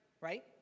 right